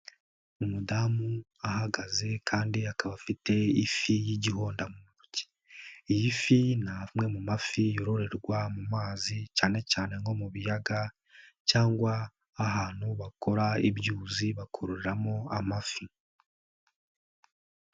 Umudamu ahagaze kandi akaba afite ifi y'igihonda mu ntoki, iyi fi ni amwe mu mafi yororerwa mu mazi cyane cyane nko mu biyaga cyangwa ahantu bakora ibyuzi bakororeramo amafi.